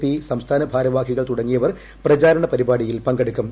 P സംസ്ഥാനഭാരവാഹികൾ തുടങ്ങിയവർ പ്രചാരണ പരിപാടിയിൽ പങ്കെടുക്കും